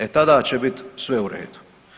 E tada će bit sve u redu.